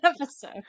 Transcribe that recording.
episode